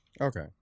Okay